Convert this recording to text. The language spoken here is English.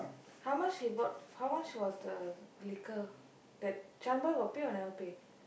how much he bought how much was the liquor that shaan boy got pay or never pay